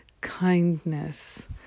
kindness